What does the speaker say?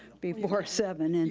before seven. and